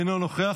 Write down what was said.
אינו נוכח,